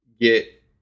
get